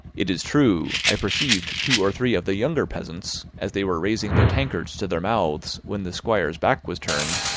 it is true, i perceived two or three of the younger peasants, as they were raising their tankards to their mouths when the squire's back was turned,